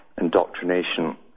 indoctrination